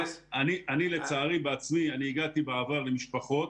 לצערי בעבר אני בעצמי הגעתי למשפחות